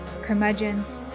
curmudgeons